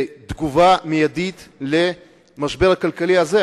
בתגובה המיידית על המשבר הכלכלי הזה,